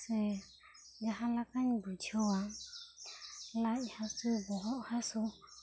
ᱥᱮ ᱢᱟᱦᱟᱸ ᱞᱮᱠᱟᱧ ᱵᱩᱡᱷᱟᱹᱣᱟ ᱞᱟᱡ ᱦᱟᱹᱥᱩ ᱵᱚᱦᱚᱜ ᱦᱟᱹᱥᱩ